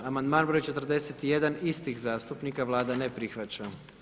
Amandman broj 41. istih zastupnika, Vlada ne prihvaća.